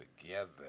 together